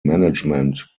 management